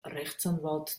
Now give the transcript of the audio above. rechtsanwalt